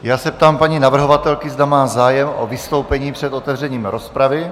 Já se ptám paní navrhovatelky, zda má zájem o vystoupení před otevřením rozpravy.